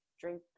drink